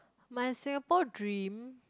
my Singapore dream